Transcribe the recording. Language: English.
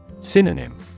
Synonym